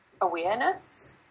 Awareness